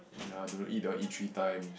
ya don't eat they all eat three times